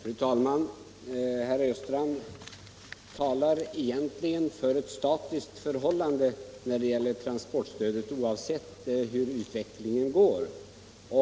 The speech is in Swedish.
Fru talman! Herr Östrand talar i själva verket för ett statiskt förhållande när det gäller transportstödet, oavsett hur utvecklingen går.